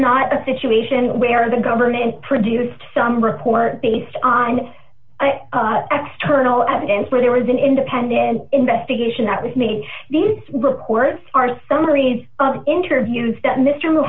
not a situation where the government produced some report based on x turn all evidence where there was an independent investigation that was made these records are summaries of interviews that mr